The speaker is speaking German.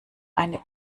eine